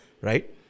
right